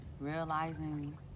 realizing